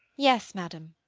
yes, madam.